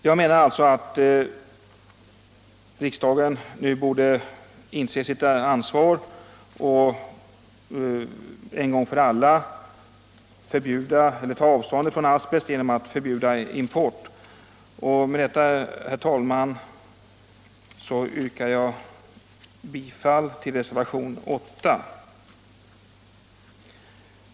Jag menar alltså att riksdagen nu borde inse siut ansvar och en gång för alla förbjuda celler ta avstånd från asbest genom att förbjuda import. Med detta. herr talman, yrkar jag bifall till reservationen 8.